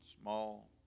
small